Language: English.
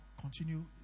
continue